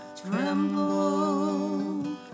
tremble